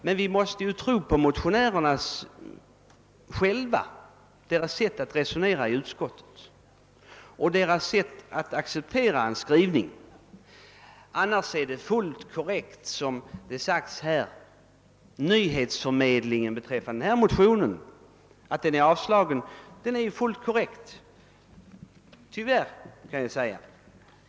Men vi måste ju tro på vad motionärerna själva sade i utskottet. Vad som sagts i nyhetssändningarna beträffande denna motion, nämligen att den avstyrkts, är ju fullt korrekt — tyvärr, måste jag säga.